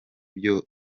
byo